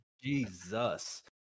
jesus